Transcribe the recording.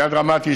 ליד רמת ישי,